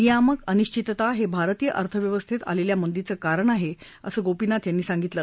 नियामक अनिश्वितता हे भारतीय अर्थव्यवस्थेत आलेल्या मंदीचं कारण आहे असं गोपीनाथ यांनी सांगितलं